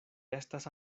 estas